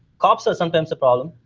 cops are sometimes a problem.